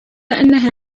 أنها